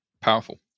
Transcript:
Powerful